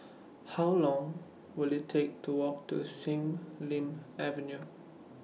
How Long Will IT Take to Walk to Sin Ling Avenue